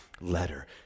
letter